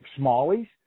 smallies